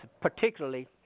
particularly